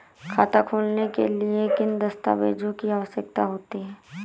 खाता खोलने के लिए किन दस्तावेजों की आवश्यकता होती है?